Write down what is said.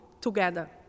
together